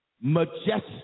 majestic